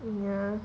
ya